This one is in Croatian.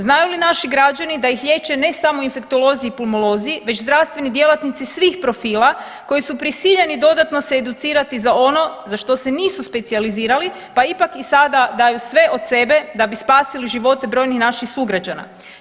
Znaju li naši građani da ih liječe ne samo infektolozi i pulmolozi već zdravstveni djelatnici svih profila koji su prisiljeni dodatno se educirati za ono za što se nisu specijalizirali, pa ipak i sada daju sve od sebe da bi spasili živote brojnih naših sugrađana.